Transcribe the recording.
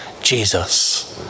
Jesus